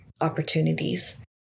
opportunities